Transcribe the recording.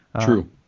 true